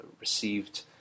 received